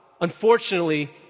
unfortunately